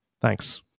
Thanks